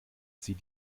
sie